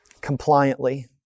compliantly